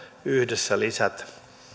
yhdessä lisätä